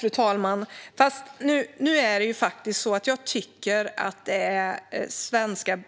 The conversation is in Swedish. Fru talman! Jag tycker faktiskt att det är svenska